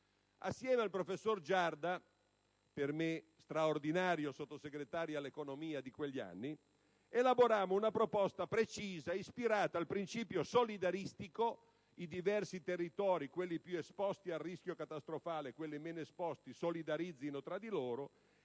Assieme al professor Giarda, che considero uno straordinario Sottosegretario all'economia di quegli anni, elaborammo una proposta precisa, ispirata al principio solidaristico (ossia: i diversi territori, quelli più esposti al rischio catastrofale e quelli meno esposti, solidarizzino tra di loro) e